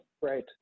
Right